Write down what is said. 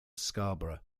scarborough